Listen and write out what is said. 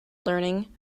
learning